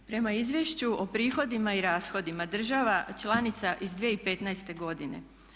Prema izvješću o prihodima i rashodima država članica iz 2015. godine.